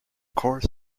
core